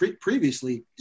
previously